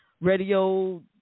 radio